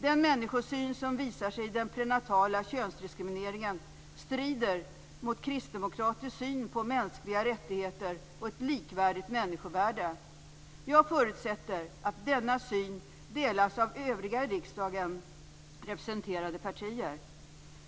Den människosyn som visar sig i den prenatala könsdiskrimineringen strider mot Kristdemokraternas syn på mänskliga rättigheter och ett likvärdigt människovärde. Jag förutsätter att denna syn delas av övriga i riksdagen representerade partier.